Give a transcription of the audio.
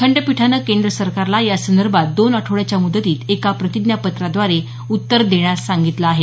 खंडपीठाने केंद्र सरकारला या संदर्भात दोन आठवड्याच्या मुदतीत एका प्रतिज्ञापत्राद्वारे उत्तर देण्यास सांगितलं आहे